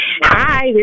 hi